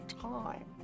time